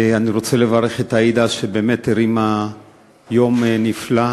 אני רוצה לברך את עאידה, שבאמת הרימה יום נפלא.